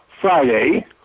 Friday